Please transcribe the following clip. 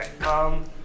Okay